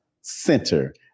Center